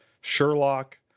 Sherlock